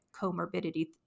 comorbidity